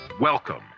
Welcome